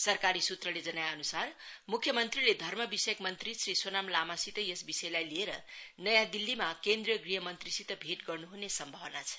सरकारी सूत्रले जनाएअनुसार मुख्य मंत्रीले धर्मविषयक मंत्री श्री सोनाम लामासित यस विषयलाई लिएर नयाँ दिल्लीमा केन्द्रीय गृह मंत्रीसित भेट गर्नुहुने सम्भावना छ